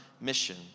mission